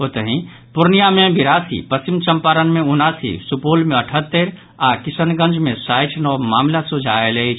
ओतहि पूर्णिया मे बिरासी पश्चिम चंपारण मे उनासी सुपौल मे अठहत्तरि आओर किशनगंज मे साठि नव मामिला सोझा आयल अछि